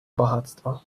багатство